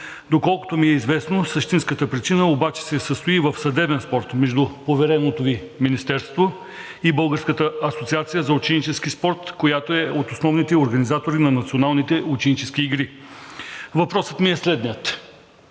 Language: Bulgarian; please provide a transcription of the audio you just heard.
Доколкото ми е известно, същинската причина обаче се състои в съдебен спор между повереното Ви министерство и Българската асоциация за ученически спорт, която е от основните организатори на националните ученически игри. Въпросът ми е следният: